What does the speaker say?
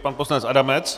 Pan poslanec Adamec.